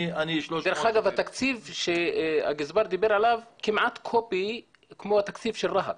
אני עם 370. התקציב שהגזבר דיבר עליו כמעט זהה לתקציב של רהט.